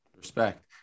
Respect